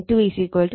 N2 15